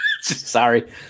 sorry